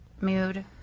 mood